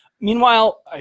Meanwhile